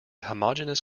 homogeneous